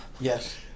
Yes